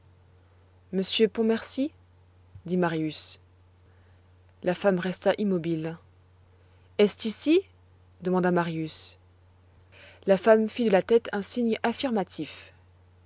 monsieur pontmercy dit marius la femme resta immobile est-ce ici demanda marius la femme fit de la tête un signe affirmatif